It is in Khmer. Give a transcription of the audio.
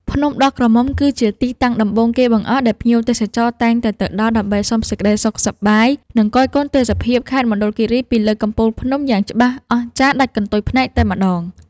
ភ្នំដោះក្រមុំ គឺជាទីតាំងដំបូងគេបង្អស់ដែលភ្ញៀវទេសចរតែងតែទៅដល់ដើម្បីសុំសេចក្តីសុខសប្បាយ និង គយគន់ទេសភាពខេត្តមណ្ឌលគីរីពីលើកំពូលភ្នំយ៉ាងច្បាស់អស្ចារ្យដាច់កន្ទុយភ្នែកតែម្តង។